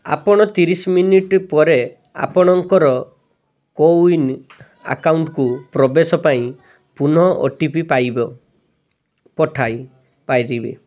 ଆପଣ ତିରିଶି ମିନିଟ୍ ପରେ ଆପଣଙ୍କର କୋୱିନ୍ ଆକାଉଣ୍ଟ୍କୁ ପ୍ରବେଶ ପାଇଁ ପୁନଃ ଓ ଟି ପି ପାଇବ ପଠାଇ ପାରିବେ